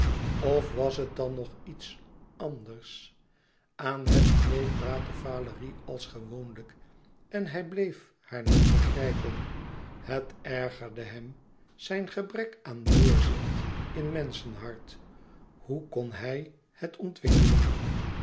of was het dan nog iets anders aan het diner praatte valérie als gewoonlijk en hij bleef haar niet begrijpen het ergerde hem zijn gebrek aan doorzicht in menschehart hoe kon hij het ontwikkelen